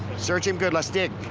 search him good. let's dig.